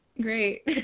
Great